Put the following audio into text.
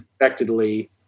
Effectively